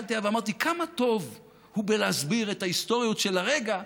שהסתכלתי עליו ואמרתי: כמה טוב הוא בלהסביר את ההיסטוריות של הרגע.